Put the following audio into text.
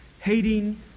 hating